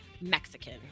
Mexican